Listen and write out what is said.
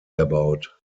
erbaut